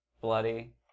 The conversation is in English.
bloody